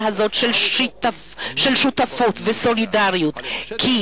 הזאת של שותפות וסולידריות בין העמים באזור זה,